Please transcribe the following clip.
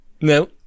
No